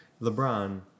LeBron